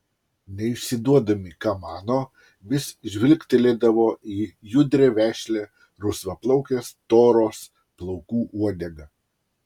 neišsiduodami ką mano vis žvilgtelėdavo į judrią vešlią rusvaplaukės toros plaukų uodegą